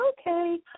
okay